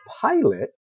pilot